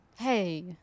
Hey